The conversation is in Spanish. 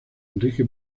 enrique